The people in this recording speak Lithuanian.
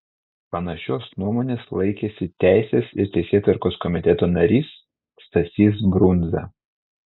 panašios nuomonės laikėsi teisės ir teisėtvarkos komiteto narys stasys brundza